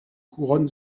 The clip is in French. couronne